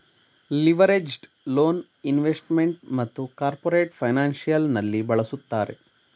leveraged loan investment ಮತ್ತು corporate financial ನಲ್ಲಿ ಬಳಸುತ್ತಾರೆ